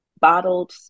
Bottled